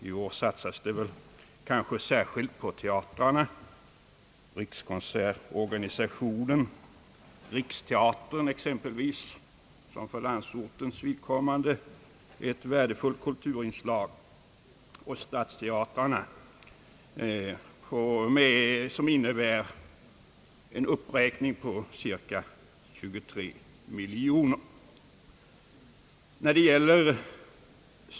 I år satsas det särskilt på teatrarna och rikskonsertorganisationen — exempelvis Riksteatern, som är ett värdefullt kulturinslag för landsortens vidkommande, och stadsteatrarna. Det föreslås där en uppräkning med cirka 23 miljoner kronor.